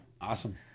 Awesome